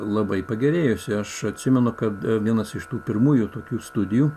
labai pagerėjusi aš atsimenu kad vienas iš tų pirmųjų tokių studijų